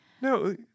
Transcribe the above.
No